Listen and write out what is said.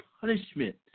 punishment